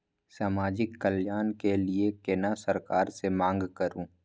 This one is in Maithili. समाजिक कल्याण के लीऐ केना सरकार से मांग करु?